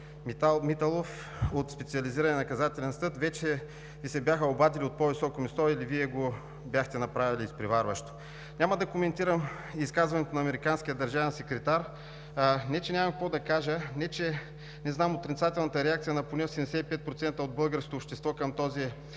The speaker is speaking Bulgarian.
Миталов от Специализирания наказателен съд, вече Ви се бяха обадили от по-високо място, или Вие го бяхте направили изпреварващо. Няма да коментирам изказването на американския държавен секретар – не че нямам какво да кажа, не че не знам отрицателната реакция на поне 75% от българското общество към този